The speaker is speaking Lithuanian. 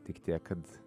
tik tiek kad